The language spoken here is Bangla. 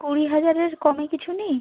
কুড়ি হাজারের কমে কিছু নেই